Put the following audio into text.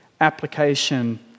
application